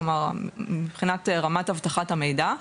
כלומר מבחינת רמת אבטחת המידע.